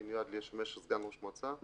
אני מיועד לשמש סגן ראש מועצה.